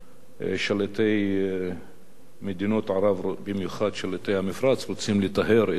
שליטי מדינות ערב ובמיוחד שליטי המפרץ רוצים לטהר את האזור